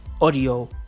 Audio